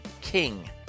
KING